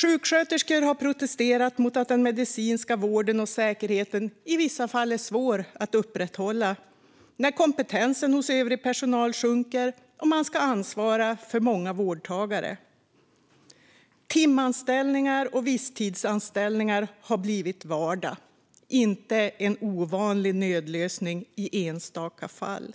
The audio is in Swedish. Sjuksköterskor har protesterat mot att den medicinska vården och säkerheten i vissa fall är svåra att upprätthålla när kompetensen hos övrig personal sjunker och man ska ansvara för många vårdtagare. Timanställningar och visstidsanställningar har blivit vardag, inte en ovanlig nödlösning i enstaka fall.